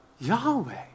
Yahweh